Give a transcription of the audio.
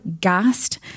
gassed